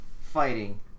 fighting